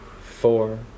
four